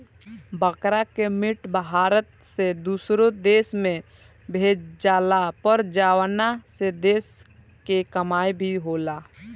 बकरा के मीट भारत से दुसरो देश में भेजाला पर जवना से देश के कमाई भी होला